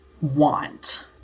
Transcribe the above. want